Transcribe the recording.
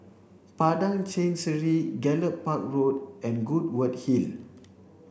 Padang Chancery Gallop Park Road and Goodwood Hill